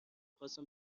خواستم